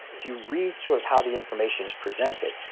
if you read sort of how the information is presented,